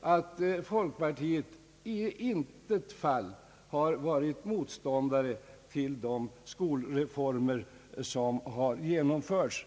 att folkpartiet i intet fall har varit motståndare till de skolreformer som har genomförts.